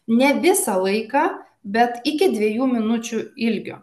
ne visą laiką bet iki dviejų minučių ilgio